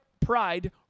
pride